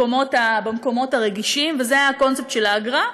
במקומות הרגישים, וזה היה הקונספט של האגרה.